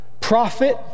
prophet